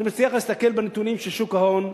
אני מציע לך להסתכל בנתונים של שוק ההון: